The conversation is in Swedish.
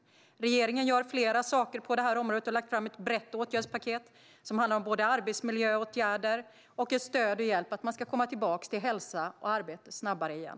Regeringen gör flera saker på området. Vi har lagt fram ett brett åtgärdspaket som handlar både om arbetsmiljöåtgärder och om att ge stöd och hjälp så att man snabbare ska komma tillbaka till hälsa och arbete igen.